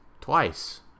twice